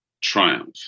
triumph